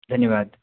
धन्यवाद